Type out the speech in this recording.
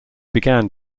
began